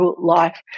life